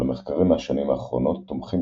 אולם מחקרים מהשנים האחרונות תומכים